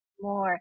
more